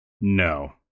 No